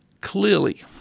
Clearly